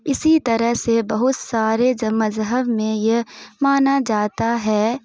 اسی طرح سے بہت سارے مذہب میں یہ مانا جاتا ہے